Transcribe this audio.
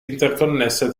interconnesse